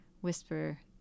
Whisper